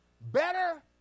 Better